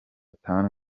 tanu